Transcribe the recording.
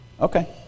Okay